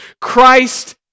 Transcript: Christ